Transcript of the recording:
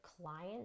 client